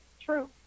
True